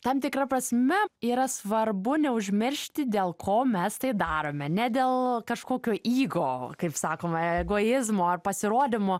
tam tikra prasme yra svarbu neužmiršti dėl ko mes tai darome ne dėl kažkokio ygo kaip sakoma egoizmo ar pasirodymo